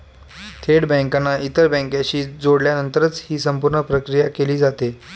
थेट बँकांना इतर बँकांशी जोडल्यानंतरच ही संपूर्ण प्रक्रिया केली जाते